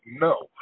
no